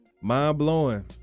mind-blowing